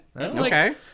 okay